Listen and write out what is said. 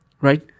Right